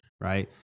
Right